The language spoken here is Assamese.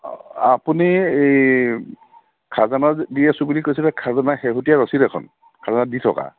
আপুনি এই খাজানা দি আছোঁ বুলি কৈছে যে খাজানাৰ শেহতীয়া ৰচিদ এখন খাজানা দি থকা